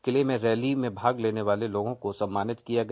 किले में रैली में भाग लेने वाले लोगों को सम्मानित किया गया